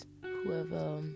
whoever